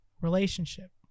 relationship